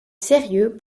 sérieux